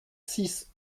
six